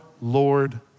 Lord